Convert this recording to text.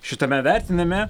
šitame vertinime